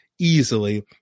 Easily